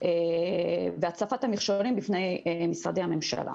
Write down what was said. והצפת המכשולים בפני משרדי הממשלה.